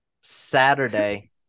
Saturday